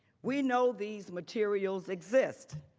we know these materials exist.